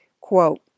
Quote